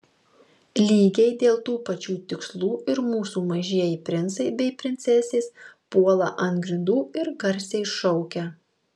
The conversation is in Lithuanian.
lygiai dėl tų pačių tikslų ir mūsų mažieji princai bei princesės puola ant grindų ir garsiai šaukia